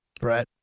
Brett